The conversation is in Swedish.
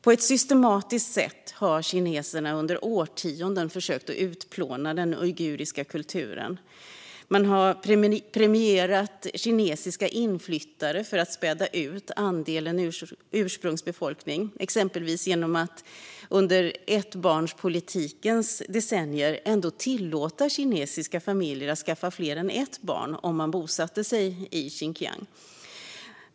På ett systematiskt sätt har kineserna under årtionden försökt att utplåna den uiguriska kulturen. Man har premierat kinesiska inflyttare för att minska andelen av ursprungsbefolkningen, exempelvis genom att under ettbarnspolitikens decennier tillåta kinesiska familjer att skaffa fler än ett barn om de bosatte sig i Xinjiang.